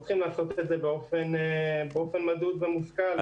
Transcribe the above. אומר שצריך לעשות את זה באופן מדוד ומושכל.